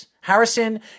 Harrison